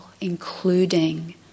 including